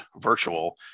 virtual